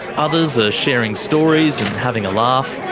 others are sharing stories and having a laugh.